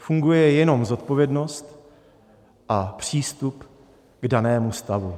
Funguje jenom zodpovědnost a přístup k danému stavu.